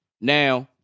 Now